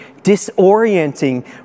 disorienting